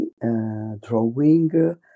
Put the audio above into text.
drawing